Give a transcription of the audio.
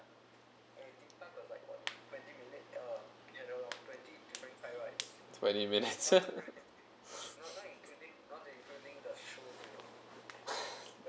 twenty minutes